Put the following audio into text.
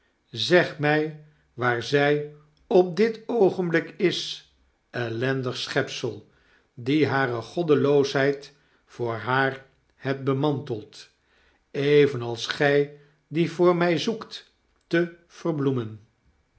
zeg my waar zy op dit oogenblik is ellendig schepsel die hare goddeloosheid voor har hebt bemanteld evenals gy die voor my zoekt te verbloemen